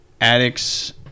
addicts